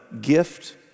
gift